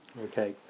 okay